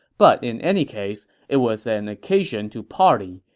but in any case, it was an occasion to party,